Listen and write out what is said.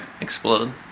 explode